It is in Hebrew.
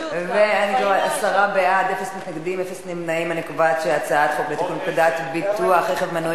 את הצעת חוק לתיקון פקודת ביטוח רכב מנועי